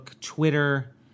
Twitter